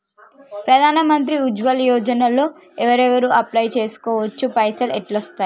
ప్రధాన మంత్రి ఉజ్వల్ యోజన లో ఎవరెవరు అప్లయ్ చేస్కోవచ్చు? పైసల్ ఎట్లస్తయి?